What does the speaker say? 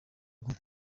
guma